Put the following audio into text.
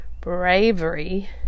bravery